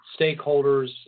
stakeholders